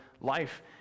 life